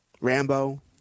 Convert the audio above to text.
Rambo